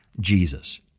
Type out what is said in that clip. Jesus